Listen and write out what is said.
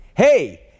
Hey